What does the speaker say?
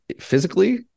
physically